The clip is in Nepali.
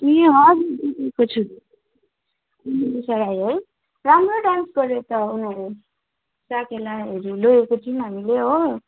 ए हजुर दिदीको छोरी राई हो राम्रो डान्स गऱ्यो त उनीहरूले साकेलाहरू लोगेको थियौँ हामीले हो